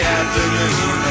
afternoon